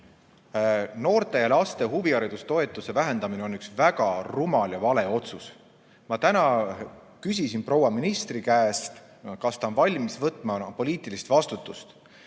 Noorte ja laste huvihariduse toetuse vähendamine on üks väga rumal ja vale otsus. Ma täna küsisin proua ministri käest, kas ta on valmis võtma poliitilise vastutuse,